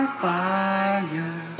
fire